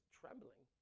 trembling